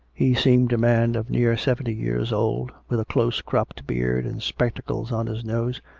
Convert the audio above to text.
he seemed a man of near seventy years old, with a close-cropped beard and spectacles on his nose,